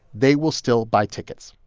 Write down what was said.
they will still buy tickets.